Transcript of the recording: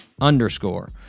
underscore